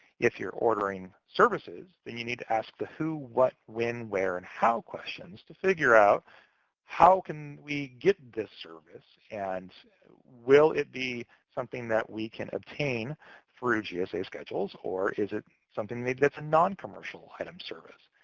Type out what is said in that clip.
if you're ordering services, then you need to ask the who, what, when, where, and how questions to figure out how can we get this service, and will it be something that we can obtain through gsa schedules, or is it something that maybe it's an noncommercial item service?